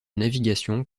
navigation